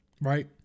right